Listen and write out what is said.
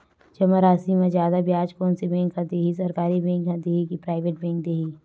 जमा राशि म जादा ब्याज कोन से बैंक ह दे ही, सरकारी बैंक दे हि कि प्राइवेट बैंक देहि?